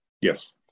Yes